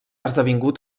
esdevingut